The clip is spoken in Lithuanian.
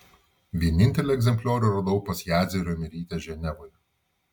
vienintelį egzempliorių radau pas jadzią riomerytę ženevoje